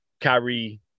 Kyrie